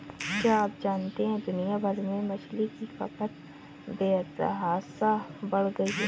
क्या आप जानते है दुनिया भर में मछली की खपत बेतहाशा बढ़ गयी है?